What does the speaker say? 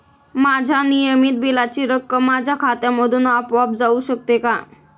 माझ्या नियमित बिलाची रक्कम माझ्या खात्यामधून आपोआप जाऊ शकते का?